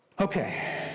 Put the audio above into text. Okay